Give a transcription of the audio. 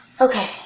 Okay